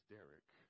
Derek